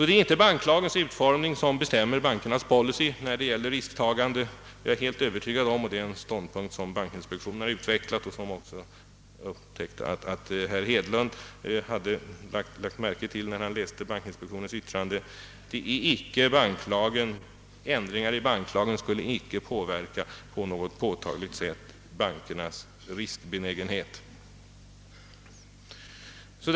Det är inte endast banklagens utformning som bestämmer bankernas policy när det gäller risktagande. Jag är helt övertygad om — och det är en ståndpunkt som bankinspektionen har utvecklat och som också herr Hedlund lagt märke till när han läste bankinspektionens yttrande — att ändringar i banklagen inte på något påtagligt sätt skulle påverka bankernas risktagningsbenägenhet.